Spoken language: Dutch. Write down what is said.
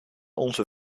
onze